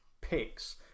picks